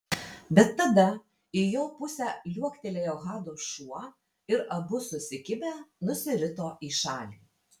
bet tada į jo pusę liuoktelėjo hado šuo ir abu susikibę nusirito į šalį